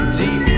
deep